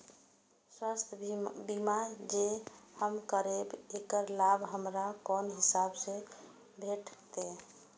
स्वास्थ्य बीमा जे हम करेब ऐकर लाभ हमरा कोन हिसाब से भेटतै?